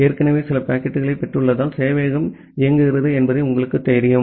ஏற்கனவே சில பாக்கெட்டுகளைப் பெற்றுள்ளதால் சேவையகம் இயங்குகிறது என்பது உங்களுக்குத் தெரியும்